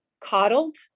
coddled